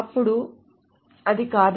అప్పుడు అది కాదు